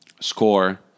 score